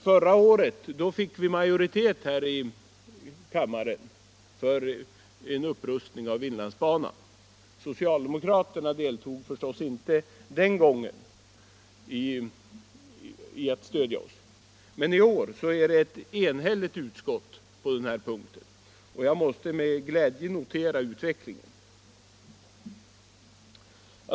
Förra året fick vi majoritet här i kammaren för en upprustning av inlandsbanan; men socialdemokraterna stödde oss förstås inte. I år är utskottet enhälligt på den här punkten. Jag måste med glädje notera den utvecklingen.